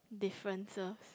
differences